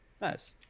Nice